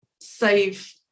save